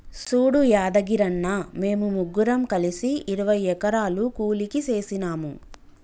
సూడు యాదగిరన్న, మేము ముగ్గురం కలిసి ఇరవై ఎకరాలు కూలికి సేసినాము